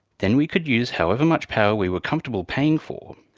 then we could use however much power we were comfortable paying for.